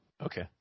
Okay